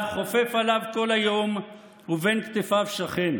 חפף עליו כל היום ובין כתפיו שכן".